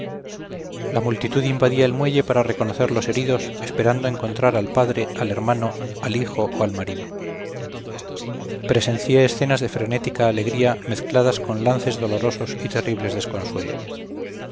la multitud invadía el muelle para reconocer los heridos esperando encontrar al padre al hermano al hijo o al marido presencié escenas de frenética alegría mezcladas con lances dolorosos y terribles desconsuelos